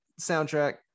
soundtrack